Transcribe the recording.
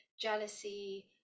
jealousy